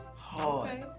hard